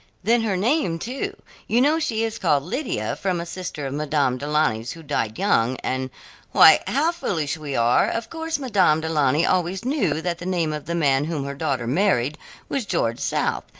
then her name, too you know she is called lydia from a sister of madame du launy's who died young, and why how foolish we are, of course madame du launy always knew that the name of the man whom her daughter married was george south,